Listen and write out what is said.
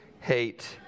hate